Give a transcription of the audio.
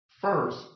first